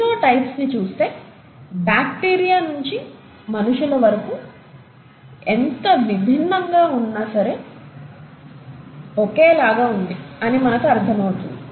phenotypes ని చూస్తే bacteria నించి మనుషుల వరకు ఎంత విభిన్నంగా ఉన్న సరే ఒకేలాగా ఉంది అని మనకి అర్థమవుతుంది